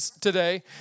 today